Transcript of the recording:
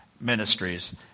Ministries